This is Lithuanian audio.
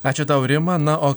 ačiū tau rima na o